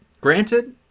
Granted